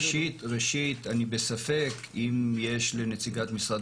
ראשית, אני בספק אם יש לנציגת משרד